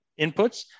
inputs